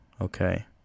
okay